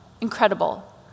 Incredible